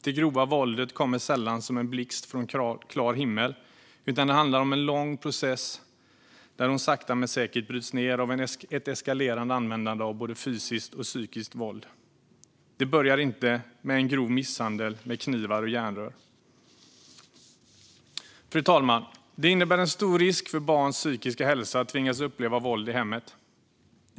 Det grova våldet kommer sällan som en blixt från en klar himmel, utan det handlar om en lång process där hon sakta men säkert bryts ned av ett eskalerande användande av både psykiskt och fysiskt våld. Det börjar inte med en grov misshandel med knivar och järnrör. Fru talman! Det innebär en stor risk för barns psykiska hälsa att tvingas uppleva våld i hemmet.